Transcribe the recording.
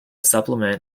supplement